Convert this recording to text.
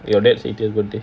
your dad's eightieth birthday